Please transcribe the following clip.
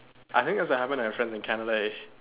I think it also happen with my friends in Canada eh